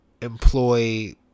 employ